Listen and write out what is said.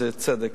זה בצדק,